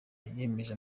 yemeje